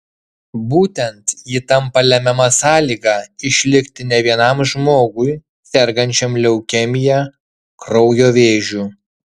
būtent ji tampa lemiama sąlyga išlikti ne vienam žmogui sergančiam leukemija kraujo vėžiu